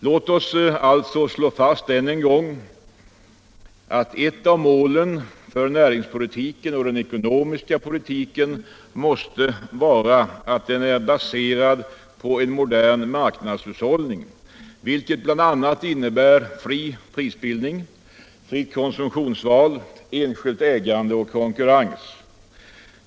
Låt oss alltså slå fast än en gång: ett av målen för näringspolitiken och den ekonomiska politiken måste vara att den är baserad på modern marknadshushållning, vilket innebär fri prisbildning, fritt konsumtionsval, enskilt ägande och konkurrens.